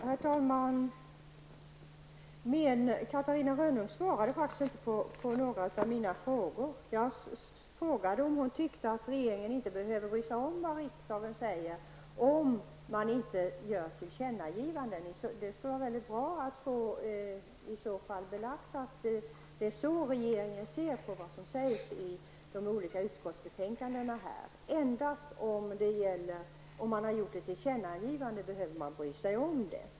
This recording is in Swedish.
Herr talman! Catarina Rönnung svarade faktiskt inte på några av mina frågor. Jag frågade om hon tycker att regeringen inte behöver bry sig om vad riksdagen uttalar, om det inte blir tillkännagivanden. Det skulle vara bra att få belagt hur regeringen ser på vad som står i de olika utskottsbetänkandena, dvs. om man behöver bry sig om ett uttalande endast då det är fråga om ett tillkännagivande.